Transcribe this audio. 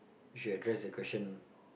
if you address the question